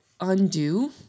undo